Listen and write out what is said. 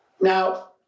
Now